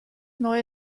neue